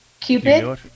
Cupid